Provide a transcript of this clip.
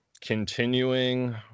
continuing